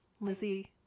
Lizzie